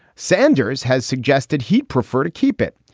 sanders has suggested he'd prefer to keep it.